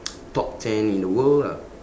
top ten in the world lah